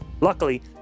Luckily